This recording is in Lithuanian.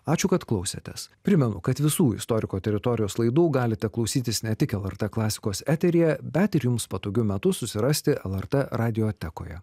ačiū kad klausėtės primenu kad visų istoriko teritorijos laidų galite klausytis ne tik lrt klasikos eteryje bet ir jums patogiu metu susirasti lrt radiotekoje